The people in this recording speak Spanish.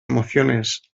emociones